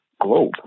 globe